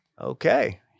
Okay